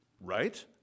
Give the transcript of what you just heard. Right